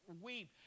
weep